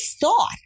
thought